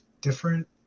different